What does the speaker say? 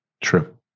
True